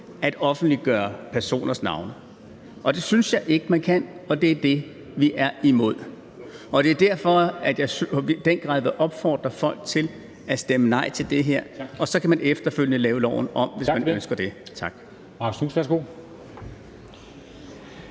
at offentliggøre personers navne. Og det synes jeg ikke man kan, og det er det, vi er imod. Det er derfor, at jeg i den grad vil opfordre folk til at stemme nej til det her. Så kan man efterfølgende lave loven om, hvis man ønsker det. Tak.